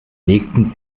nächsten